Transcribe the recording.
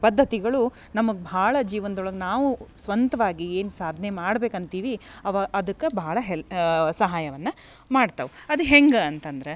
ಪದ್ಧತಿಗಳು ನಮಗೆ ಭಾಳ ಜೀವನ್ದೊಳಗೆ ನಾವು ಸ್ವಂತವಾಗಿ ಏನು ಸಾಧ್ನೆ ಮಾಡಬೇಕಂತೀವಿ ಅವಾ ಅದಕ್ಕೆ ಭಾಳ ಹೆಲ್ಪ್ ಸಹಾಯವನ್ನ ಮಾಡ್ತವು ಅದು ಹೆಂಗೆ ಅಂತಂದ್ರ